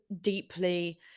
deeply